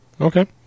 okay